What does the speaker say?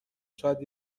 شاید